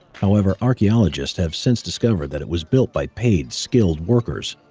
however, archaeologists have since discovered that it was built by paid, skilled workers.